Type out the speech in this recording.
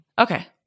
okay